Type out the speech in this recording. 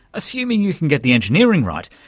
assuming you can get the engineering right,